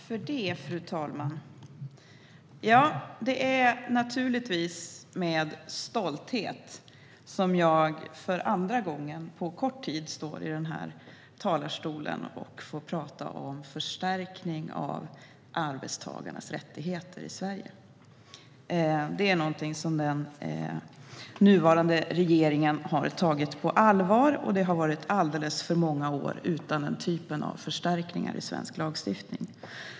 Fru talman! Det är naturligtvis med stolthet som jag för andra gången på kort tid står i den här talarstolen och får prata om förstärkning av arbetstagarnas rättigheter i Sverige. Det är något som den nuvarande regeringen har tagit på allvar. Det har varit alldeles för många år utan den typen av förstärkningar i svensk lagstiftning.